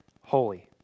holy